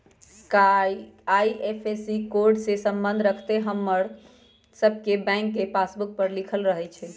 IFSC code से संबंध रखैत ख़बर हमर सभके बैंक के पासबुक पर लिखल रहै छइ